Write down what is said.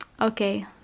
Okay